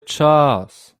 czas